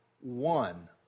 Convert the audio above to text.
one